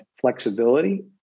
flexibility